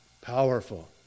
Powerful